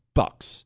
bucks